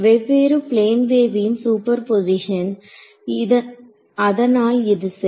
வெவ்வேறு பிளேன் வேவின் சூப்பர்போசிஷன் அதனால் இது சரி